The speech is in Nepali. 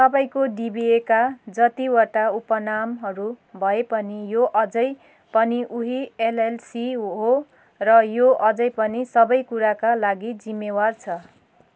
तपाईँँको डिबिएका जतिवटा उपनामहरू भए पनि यो अझै पनि उही एलएलसी हो र यो अझै पनि सबै कुराका लागि जिम्मेवार छ